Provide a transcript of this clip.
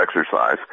exercise